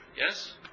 Yes